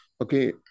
okay